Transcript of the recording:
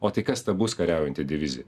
o tai kas ta bus kariaujanti divizija